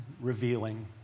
revealing